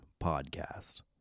podcast